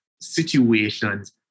situations